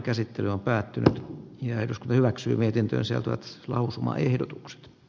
tämä on päättynyt ja eduskunta hyväksyi mietintönsä rats lausumaehdotuksen